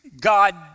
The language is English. God